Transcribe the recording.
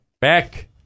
back